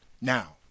Now